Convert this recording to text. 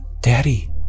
daddy